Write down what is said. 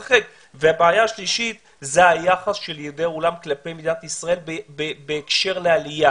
והבעיה השלישית זה היחס של יהודי העולם כלפי מדינת ישראל בהקשר לעלייה.